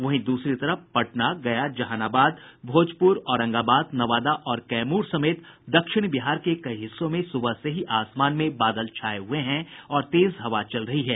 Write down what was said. वहीं दूसरी तरफ पटना गया जहानाबाद भोजपुर औरंगाबाद नवादा और कैमूर समेत दक्षिण बिहार के कई हिस्सों सुबह से ही आसमान में बादल छाये हुये हैं और तेज हवा चल रही है